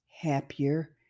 happier